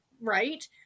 right